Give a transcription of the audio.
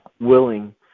willing